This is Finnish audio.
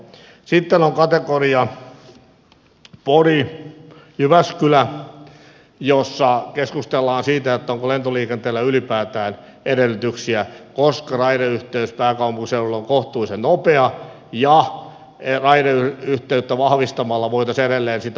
sitten on kategoria pori ja jyväskylä jossa keskustellaan siitä onko lentoliikenteellä ylipäätään edellytyksiä koska raideyhteys pääkaupunkiseudulta on kohtuullisen nopea ja raideyhteyttä vahvistamalla voitaisiin edelleen sitä aikaa lyhentää